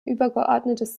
übergeordnetes